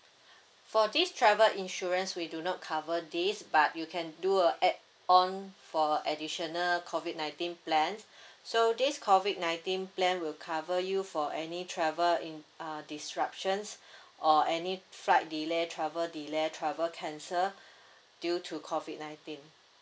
for this travel insurance we do not cover this but you can do a add on for additional COVID nineteen plans so this COVID nineteen plan will cover you for any travel in uh disruptions or any flight delay travel delay travel cancel due to COVID nineteen